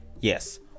Yes